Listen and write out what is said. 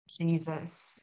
Jesus